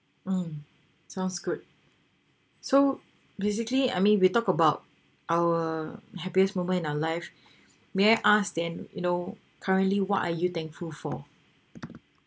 mm sounds good so basically I mean we talk about our happiest moment in our life may I ask then you know currently what are you thankful for